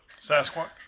Sasquatch